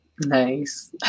Nice